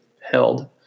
held